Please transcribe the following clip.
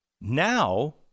Now